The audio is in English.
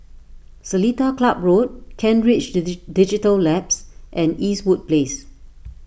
Seletar Club Road Kent Ridge Digital Labs and Eastwood Place